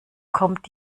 kommt